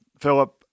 Philip